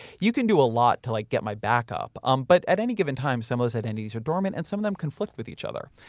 you can do a lot to like get my backup. um but at any given time, some of those entities are dormant and some of them conflict with each other.